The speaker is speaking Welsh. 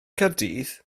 caerdydd